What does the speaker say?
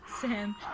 Sam